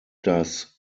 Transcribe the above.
das